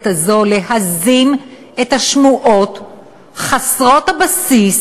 הזאת להזים את השמועות חסרות הבסיס,